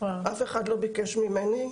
אף אחד לא ביקש ממני.